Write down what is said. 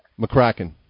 McCracken